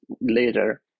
Later